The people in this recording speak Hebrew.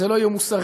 זה לא יהיה מוסרי.